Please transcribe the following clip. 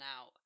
out